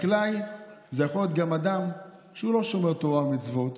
חקלאי יכול להיות גם אדם שלא שומר תורה ומצוות,